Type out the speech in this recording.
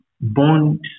bonds